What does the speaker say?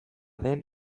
den